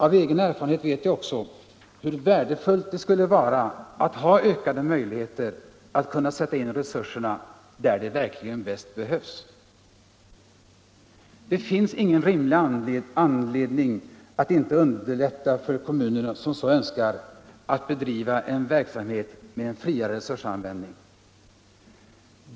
Av egen erfarenhet vet jag också hur värdefullt det skulle vara att ha ökade möjligheter att sätta in resurserna där de verkligen bäst behövs. Det finns ingen rimlig anledning att inte underlätta för de kommuner som så önskar att bedriva en verksamhet med en friare resursanvändning.